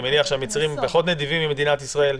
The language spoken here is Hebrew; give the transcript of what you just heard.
אני מניח שהמצרים פחות נדיבים ממדינת ישראל.